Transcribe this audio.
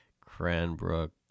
cranbrook